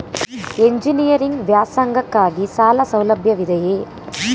Engineering ವ್ಯಾಸಂಗಕ್ಕಾಗಿ ಸಾಲ ಸೌಲಭ್ಯವಿದೆಯೇ?